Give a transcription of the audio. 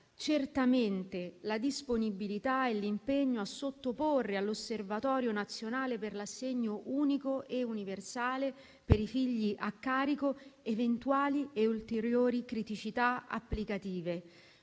certamente la disponibilità e l'impegno a sottoporre all'Osservatorio nazionale per l'assegno unico e universale per i figli a carico eventuali e ulteriori criticità applicative.